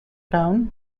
town